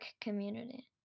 community